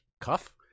cuff